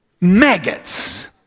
Maggots